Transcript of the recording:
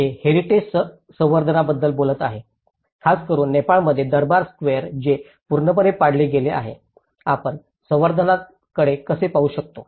हे हेरिटेज संवर्धनाबद्दल बोलत आहे खासकरुन नेपाळमध्ये दरबार स्क्वेअर जे पूर्णपणे पाडले गेले आहे आपण संवर्धनाकडे कसे पाहू शकतो